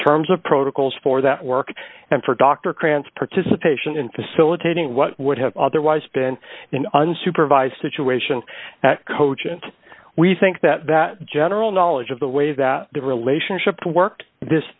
terms of protocols for that work and for dr krantz participation in facilitating what would have otherwise been an unsupervised situation at cogent we think that that general knowledge of the way that the relationship worked this